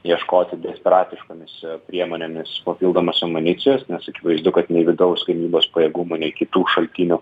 ieškoti desperatiškomis priemonėmis papildomos amunicijos nes akivaizdu kad nei vidaus gamybos pajėgumų nei kitų šaltinių